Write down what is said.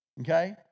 Okay